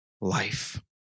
life